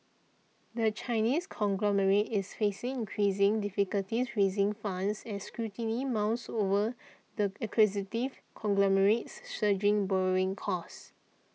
the Chinese conglomerate is facing increasing difficulties raising funds as scrutiny mounts over the acquisitive conglomerate's surging borrowing costs